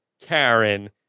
karen